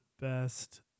best